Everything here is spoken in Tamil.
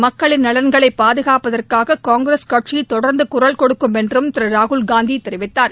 மக்களின் நலன்களை பாதுகாப்பதற்காக காங்கிரஸ் கடசி தொடர்ந்து குரல்கொடுக்கும் என்றும் திரு ராகுல்காந்தி தெரிவித்தார்